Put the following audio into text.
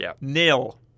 nil